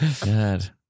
God